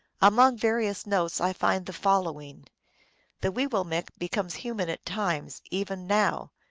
among various notes i find the following the weewillmekq becomes human at times, even now.